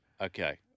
Okay